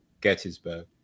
Gettysburg